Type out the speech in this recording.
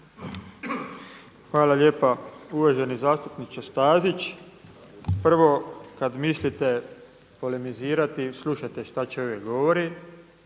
Hvala lijepa. Uvaženi zastupniče Stazić, prvo kada mislite polemizirati slušajte šta čovjek govori,